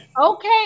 Okay